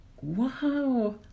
wow